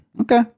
Okay